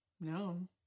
No